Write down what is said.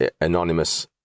anonymous